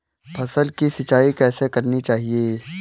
फसल की सिंचाई कैसे करनी चाहिए?